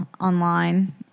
online